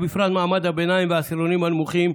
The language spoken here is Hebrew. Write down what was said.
ובפרט מעמד הביניים והעשירונים הנמוכים,